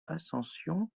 ascension